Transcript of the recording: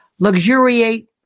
luxuriate